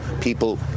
People